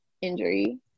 injury